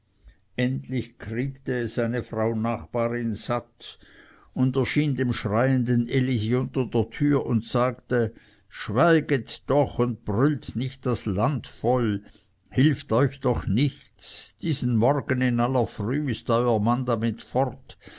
endlich kriegte es eine frau nachbarin satt und erschien dem schreienden elisi unter der türe und sagte schweiget doch und brüllt nicht das land voll hilft euch doch nichts diesen morgen in aller früh ist euer mann damit fort